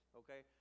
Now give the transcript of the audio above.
okay